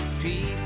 People